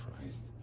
Christ